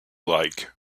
like